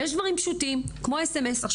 ויש דברים פשוטים כמו sms.